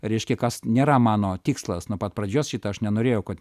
reiškia kas nėra mano tikslas nuo pat pradžios šito aš nenorėjau kad